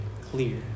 clear